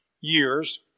years